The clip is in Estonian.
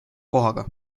kohaga